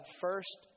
first